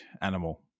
animal